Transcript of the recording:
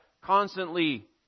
constantly